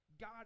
God